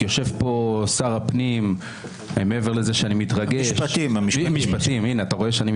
יושב פה שר המשפטים, אז אני לא